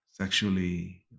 sexually